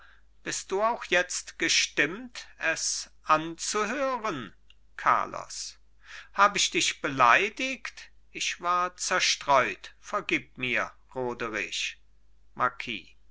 bist du auch jetzt gestimmt es anzuhören carlos hab ich dich beleidigt ich war zerstreut vergib mir roderich